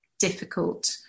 difficult